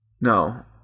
no